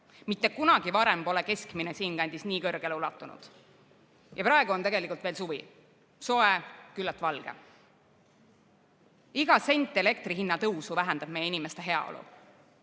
Mitte kunagi varem pole keskmine siinkandis nii kõrgele ulatunud. Ja praegu on veel suvi, soe, küllalt valge. Iga sent elektrihinna tõusu vähendab meie inimeste heaolu.